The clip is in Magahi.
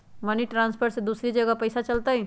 मनी ट्रांसफर से दूसरा जगह पईसा चलतई?